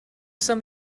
some